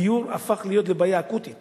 הדיור הפך להיות לבעיה אקוטית